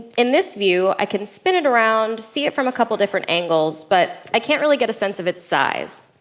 in this view, i can spin it around, see it from a couple different angles, but i can't really get a sense of its size.